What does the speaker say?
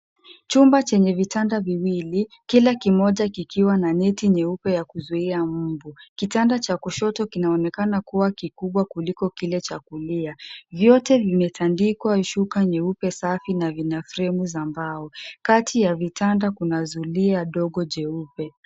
Chumba chenye vitanda viwili, kila kimoja kikiwa na neti nyeupe ya kuzuia mbu. Kitanda cha kushoto kinaonekana kuwa kikubwa kuliko kile cha kulia. Vyote vimetandikwa shuka nyeupe safi na vina fremu za mbao. Kati ya vitanda kuna zulia dogo jeupe.